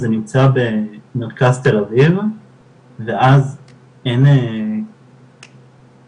זה נמצא במרכז תל אביב ואז אין כאילו